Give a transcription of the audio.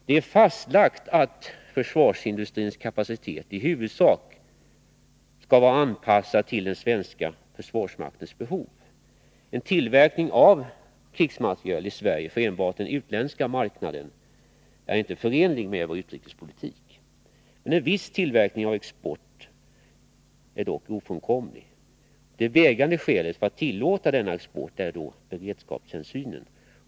Det är fastlagt att försvarsindustrins kapacitet i huvudsak skall vara anpassad till den svenska försvarsmaktens behov. En tillverkning av krigsmateriel i Sverige för enbart den utländska marknaden är inte förenlig med vår utrikespolitik. En viss tillverkning för export är dock ofrånkomligt. Det vägande skälet för att tillåta denna eport är beredskapshänsynen.